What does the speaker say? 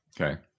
okay